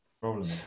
problem